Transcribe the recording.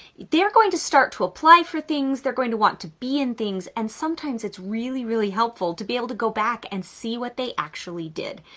they're going to start to apply for things. they're going to want to be in things, and sometimes it's really, really helpful to be able to go back and see what they actually did.